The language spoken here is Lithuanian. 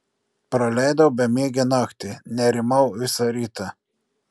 praleidau bemiegę naktį nerimau visą rytą